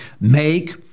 Make